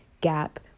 gap